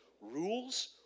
Rules